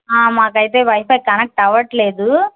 మాకు అయితే wifi connect అవ్వట్లేదు